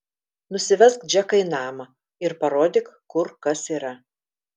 nusivesk džeką į namą ir parodyk kur kas yra